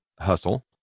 hustle